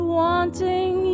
wanting